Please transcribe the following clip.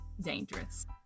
dangerous